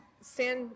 San